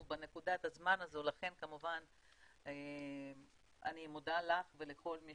בנקודת הזמן הזו לכן כמובן אני מודה לך ולכל מי